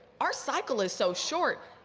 our cycle is so short.